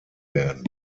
werden